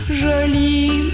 jolie